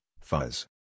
fuzz